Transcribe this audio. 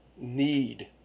need